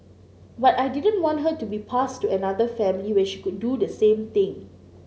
but I didn't want her to be passed to another family where she could do the same thing